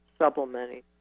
supplementing